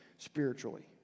spiritually